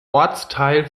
ortsteil